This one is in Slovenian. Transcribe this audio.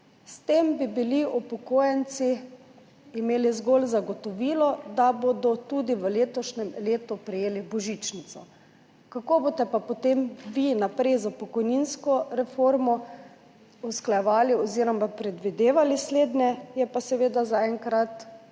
S tem bi upokojenci imeli zgolj zagotovilo, da bodo tudi v letošnjem letu prejeli božičnico. Kako boste pa potem vi slednje naprej s pokojninsko reformo usklajevali oziroma predvidevali, je pa seveda zaenkrat